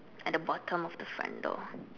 at the bottom of the front door